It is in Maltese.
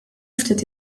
ftit